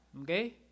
okay